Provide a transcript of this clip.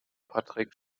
patrick